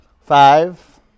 Five